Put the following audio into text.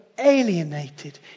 alienated